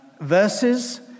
verses